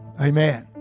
Amen